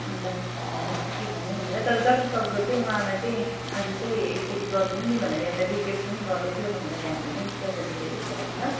अन्त नि के भन्यो भनेर तर जतिसक्दो चाहिँ उहाँलाई चाहिँ आज चाहिँ यति गरिदिनु नि भनेर एउटा रिक्वेस्ट पनि गर्दैथ्यो भनेर भनिदिनु नि क्यास अन डेलिभरीको लागि ल